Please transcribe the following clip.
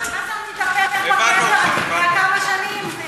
חזן מתהפך בקבר אתה יודע כמה שנים,